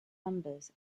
numbers